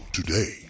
today